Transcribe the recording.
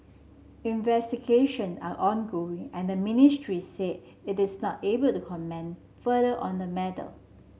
investigation are ongoing and the ministry said it is not able to comment further on the matter